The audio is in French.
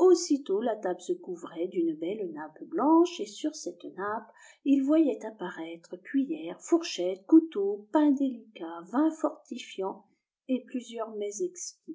ivussitôt la table se couvrait d'une belle nappe blanche et sur cette nappe il voyait apparaître cuillère fourchette couteau pain délicat vin fortifiant et